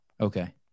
Okay